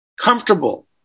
comfortable